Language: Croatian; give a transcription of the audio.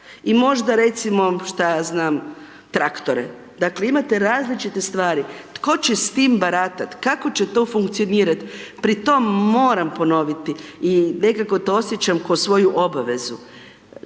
I možda recimo šta ja znam traktore. Dakle imate različite stvari. Tko će s tim baratati? Kako će to funkcionirati? Pri tome moram ponoviti i nekako to osjećam kao svoju obavezu.